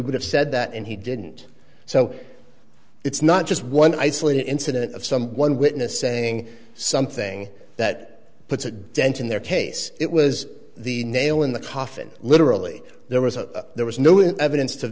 would have said that and he didn't so it's not just one isolated incident of someone witness saying something that puts a dent in their case it was the nail in the coffin literally there was a there was no evidence to